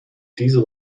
diesel